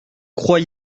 croix